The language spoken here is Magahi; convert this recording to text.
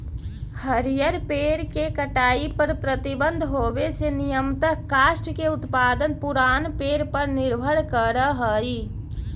हरिअर पेड़ के कटाई पर प्रतिबन्ध होवे से नियमतः काष्ठ के उत्पादन पुरान पेड़ पर निर्भर करऽ हई